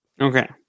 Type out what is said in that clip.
Okay